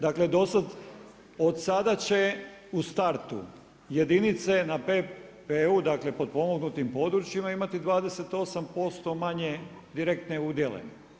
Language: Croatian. Dakle od sada će u startu jedinice na PP-u dakle potpomognutim područjima imati 28% manje direktne udjele.